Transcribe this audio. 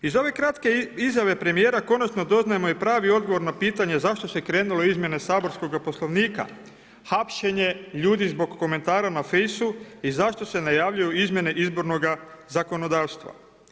Iz ove kratke izjave premijera konačno doznajemo i pravi odgovor na pitanje zašto se krenulo u izmjene saborskoga Poslovnika, hapšenje ljudi zbog komentara na fejsu i zašto se najavljuju izmjene Izbornoga zakonodavstva.